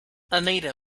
anita